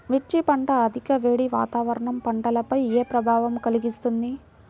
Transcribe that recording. మిర్చి పంట అధిక వేడి వాతావరణం పంటపై ఏ ప్రభావం కలిగిస్తుంది?